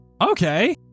Okay